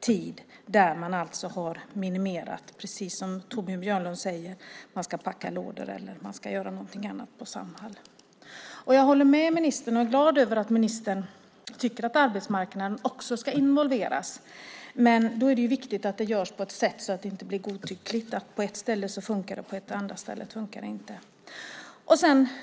tid där man har minimerat. Det är precis som Torbjörn Björlund säger att det handlar om att de ska packa lådor eller någonting annat på Samhall. Jag håller med ministern och är glad över att ministern tycker att arbetsmarknaden också ska involveras. Men då är det viktigt att det görs på ett sätt som inte är godtyckligt så att det fungerar på ett ställe men inte fungerar på ett annat ställe.